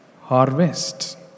Harvest